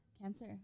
cancer